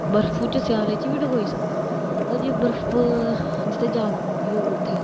बर्फो च स्याले बी ढकोई सकदा पर जित्थे बर्फ ज्यादा पोंदी होऐ उत्थै